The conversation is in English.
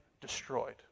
destroyed